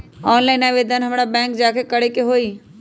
Online आवेदन हमरा bank जाके करे के होई?